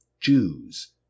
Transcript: Jews